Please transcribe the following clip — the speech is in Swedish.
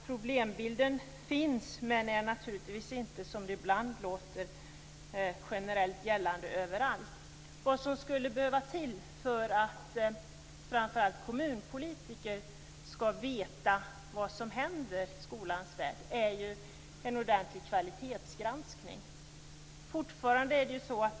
Problembilden finns, men den är inte - som det ofta låter - generellt gällande överallt. Vad som skulle behövas för att framför allt kommunpolitiker skall veta vad som händer i skolans värld är en bättre kvalitetsgranskning.